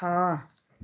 छ